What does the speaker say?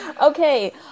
Okay